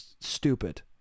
stupid